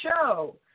show